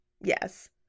Yes